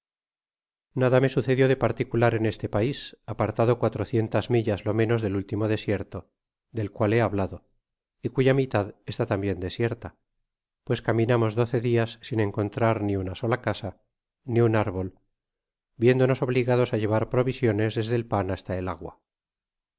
nada me sucedió de particular en este pais apartado cuatrocientas millas lo menos del último desierto del cual he hablado y cuya mitad está tambien desierta pues caminamos doce dias sin encontrar ni una sola casa ni un árbol viéndonos obligados á llevar provisiones desde el pan hasta el agua